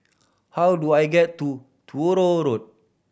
how do I get to Truro Road